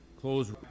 close